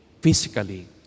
physically